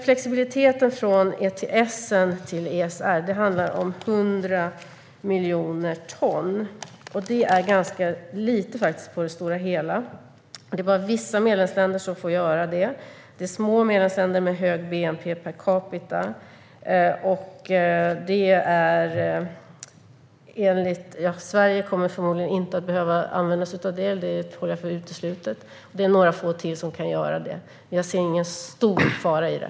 Flexibiliteten från ETS till ESR handlar om 100 miljoner ton, och det är ganska lite på det stora hela. Det är bara vissa medlemsländer som har denna möjlighet: små medlemsländer med hög bnp per capita. Sverige kommer förmodligen inte att behöva använda sig av detta; det ser jag som uteslutet. Det är några få till som kan göra det, men jag ser ingen stor fara i det.